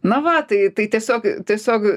na va tai tai tiesiog tiesiog